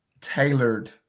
tailored